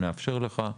נאפשר לך.